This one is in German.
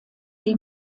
die